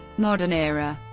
modern era